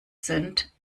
sind